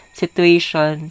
situation